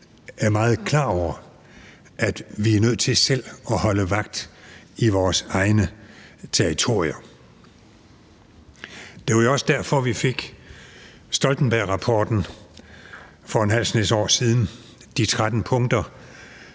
er meget klar over, at vi er nødt til selv at holde vagt i vores egne territorier. Det var jo også derfor, at vi fik Stoltenbergrapporten for en halv snes år siden – med de 13 punkter,